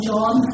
John